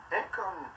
income